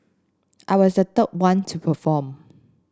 I was the third one to perform